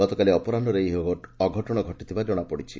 ଗତକାଲି ଅପରାହ୍ବରେ ଏହି ଅଘଟଶ ଘଟିଥିବା ଜଣାପଡ଼ିଛି